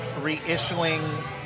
reissuing